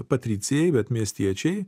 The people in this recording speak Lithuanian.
patricijai bet miestiečiai